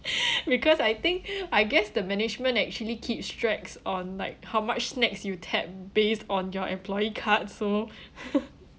because I think I guess the management actually keeps tracks on like how much snacks you tap based on your employee card so